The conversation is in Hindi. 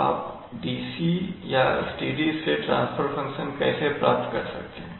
आप DC या स्टेडी स्टेट ट्रांसफर फंक्शन कैसे प्राप्त कर सकते हैं